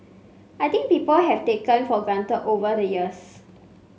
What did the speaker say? I think people have taken for granted over the years